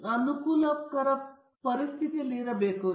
ಈ ಮಾತುಕತೆಯ ಸಮಯದಲ್ಲಿ ನಾವು ಹಲವಾರು ಬಾರಿ ಈ ರೂಪರೇಖೆಯನ್ನು ತಿಳಿಸಲು ಬಳಸುತ್ತಿದ್ದೆವು